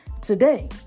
today